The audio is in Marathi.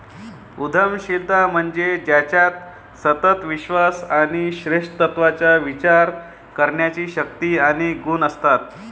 उद्यमशीलता म्हणजे ज्याच्यात सतत विश्वास आणि श्रेष्ठत्वाचा विचार करण्याची शक्ती आणि गुण असतात